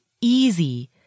easy